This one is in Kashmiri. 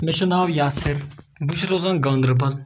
مےٚ چھُ ناو یاسِر بہٕ چھُس روزان گاندَربَل